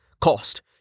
Cost